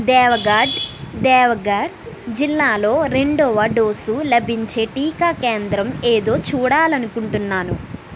దేవగఢ్ దేవగర్ జిల్లాలో రెండవ డోసు లభించే టీకా కేంద్రం ఏదో చూడాలనుకుంటున్నాను